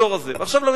עכשיו, לממשלה,